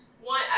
One